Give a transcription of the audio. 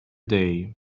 day